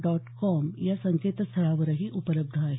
dot com या संकेतस्थळावरही उपलब्ध आहे